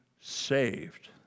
saved